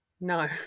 No